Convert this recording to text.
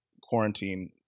quarantine